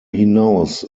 hinaus